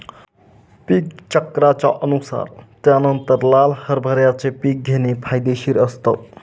पीक चक्राच्या अनुसार त्यानंतर लाल हरभऱ्याचे पीक घेणे फायदेशीर असतं